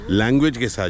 language